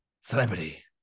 Celebrity